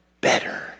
better